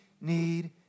need